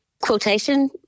quotation